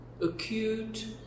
acute